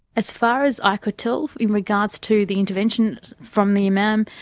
as far as i could tell in regards to the intervention from the imam,